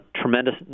tremendous